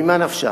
ממה נפשך.